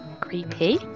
Creepy